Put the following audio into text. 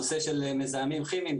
נושא של מזהמים כימיים,